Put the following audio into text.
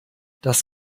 das